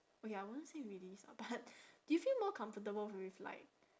okay I wouldn't say released ah but do you feel more comfortable with like